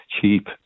cheap